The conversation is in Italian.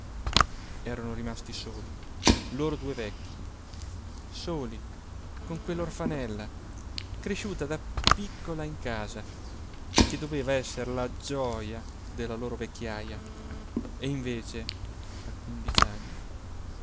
erano rimasti soli loro due vecchi soli con quell'orfanella cresciuta da piccola in casa che doveva esser la gioja della loro vecchiaja e invece a quindici anni